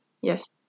yes